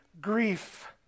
grief